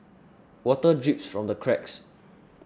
water drips from the cracks